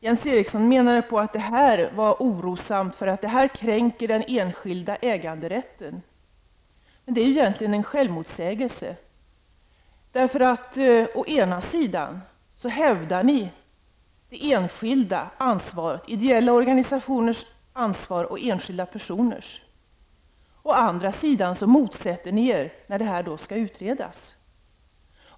Jens Eriksson menar att det här är orosamt, det kränker den enskilda äganderätten. Men det är egentligen en självmotsägelse. Å ena sidan hävdar moderaterna det enskila ansvaret, ideella organisationers ansvar och enskilda personers ansvar. Å andra sidan motsätter sig moderaterna när detta skall utredas.